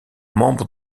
membre